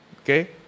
Okay